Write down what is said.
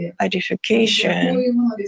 identification